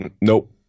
Nope